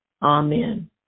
Amen